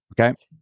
okay